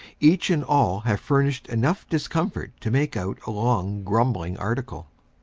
each and all have furnished enough discomfort to make out a long grumbling article.